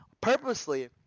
purposely